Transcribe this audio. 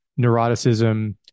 neuroticism